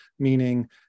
meaning